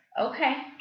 Okay